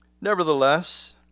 Nevertheless